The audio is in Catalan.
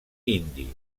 indi